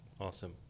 Awesome